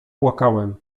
płakałem